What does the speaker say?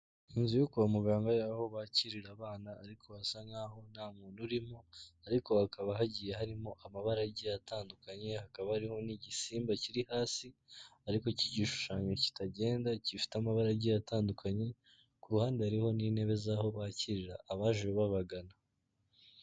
Inzu yo kwa muganga aho bakirira abana, ariko hasa nk'aho nta muntu urimo, ariko hakaba hagiye harimo amabara agiye atandukanye, hakaba ari n'igisimba kiri hasi, ariko k'igishushanyo kitagenda, gifite amabara agiye atandukanye, ku ruhande hariho n'intebe z'aho bakirira abantu babagana.